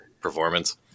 performance